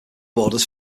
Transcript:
borders